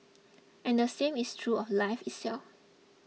and the same is true of life itself